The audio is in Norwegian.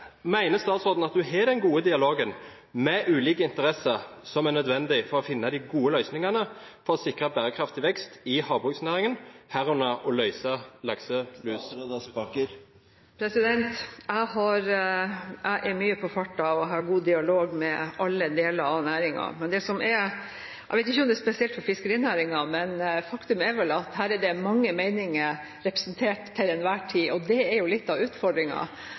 statsråden at hun har den gode dialogen med ulike interesser som er nødvendig for å finne de gode løsningene, for å sikre bærekraftig vekst i havbruksnæringen, herunder å løse lakselusutfordringen? Jeg er mye på farten og har god dialog med alle deler av næringen. Jeg vet ikke om det er spesielt for fiskerinæringen, men faktum er at her er det mange meninger representert til enhver tid, og det er jo litt av